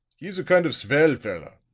he is a kind of svell feller.